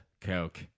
Coke